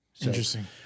Interesting